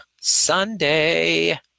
Sunday